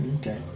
okay